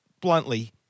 bluntly